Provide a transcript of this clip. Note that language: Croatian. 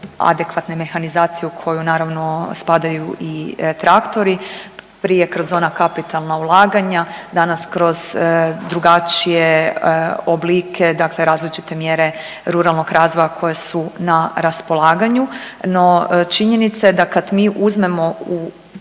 adekvatne mehanizacije u koju naravno, spadaju i traktori. Prije kroz ona kapitalna ulaganja, danas kroz drugačije oblike dakle različite mjere ruralnog razvoja koji su na raspolaganju. No činjenica je da kad mi uzmemo u